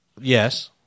Yes